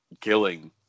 killing